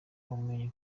amenya